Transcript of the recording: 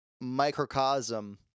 microcosm